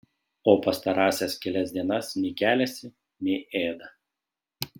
o pastarąsias kelias dienas nei keliasi nei ėda